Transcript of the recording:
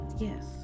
yes